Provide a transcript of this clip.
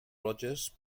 rogers